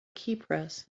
keypress